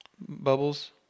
bubbles